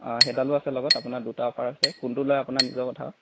অঁ সেইডালো আছে লগত আপোনাৰ দুটা অফাৰ আছে কোনটো লয় আপোনাৰ নিজৰ কথা আৰু